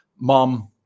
mom